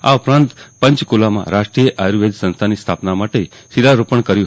આ ઉપરાંત પંચકુલામાં રાષ્ટ્રીય આયુર્વેદ સંસ્થાની સ્થાપના માટે શીલારોપણ કર્યું